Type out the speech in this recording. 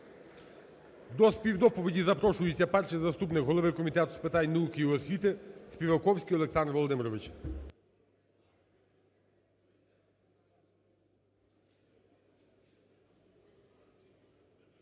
До співдоповіді запрошується перший заступник голови Комітету з питань науки і освіти Співаковський Олександр Володимирович.